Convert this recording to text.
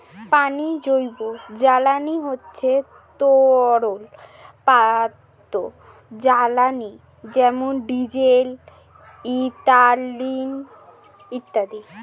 পানীয় জৈব জ্বালানি হচ্ছে তরল পদার্থ জ্বালানি যেমন ডিজেল, ইথানল ইত্যাদি